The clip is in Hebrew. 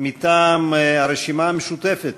מטעם הרשימה המשותפת: